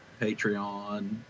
Patreon